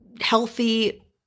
healthy